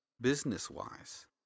business-wise